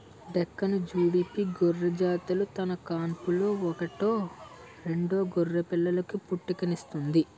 డెక్కాని, జుడిపి గొర్రెజాతులు తన కాన్పులో ఒకటో రెండో గొర్రెపిల్లలకు పుట్టుకనిస్తుంది